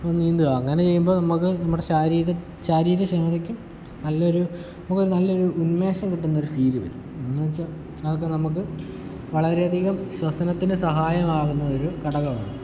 ഇപ്പോൾ നീന്തുക അങ്ങനെ ചെയ്യുമ്പോൾ നമുക്ക് നമ്മുടെ ശാരീരിക ശാരീരിക ക്ഷമതക്കും നല്ലൊരു നമുക്ക് ഒരു നല്ല ഉന്മേഷം കിട്ടുന്ന ഒരു ഫീൽ വരും എന്ന് വെച്ചാൽ അതൊക്ക നമുക്ക് വളരെ അധികം ശ്വസനത്തിന് സഹായം ആകുന്ന ഒരു ഘടകമാണ്